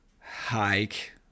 hike